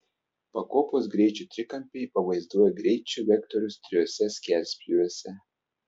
pakopos greičių trikampiai pavaizduoja greičių vektorius trijuose skerspjūviuose